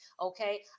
okay